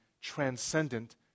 transcendent